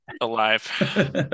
alive